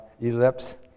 ellipse